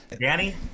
Danny